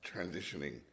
transitioning